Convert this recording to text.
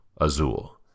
Azul